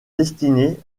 destinée